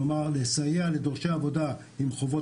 כלומר לסייע לדורשי עבודה עם חובות,